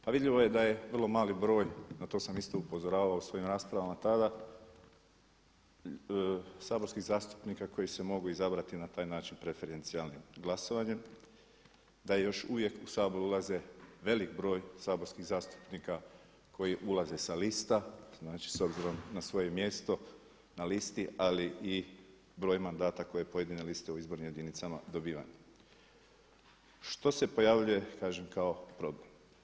Pa vidljivo je da je vrlo mali broj ,na to sam isto upozoravao u svojim raspravama tada, saborskih zastupnika koji se mogu izabrati na taj način preferencijalnim glasovanjem, da još uvijek u Sabor ulaze velik broj saborskih zastupnika koji ulaze sa lista, znači obzirom na svoje mjesto na listi, ali broj mandata koje pojedine liste u izbornim jedinicama dobivane što se pojavljuje kažem kao problem.